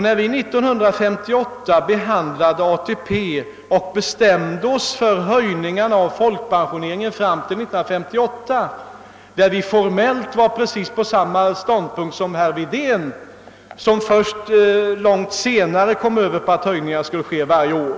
När vi 1958 behandlade ATP-frågan och beslöt om höjningarna av folkpensionerna fram till 1968 hade vi formellt precis samma ståndpunkt som herr Wedén, som först långt senare ställde sig bakom förslaget att höjningarna skulle göras varje år.